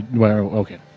Okay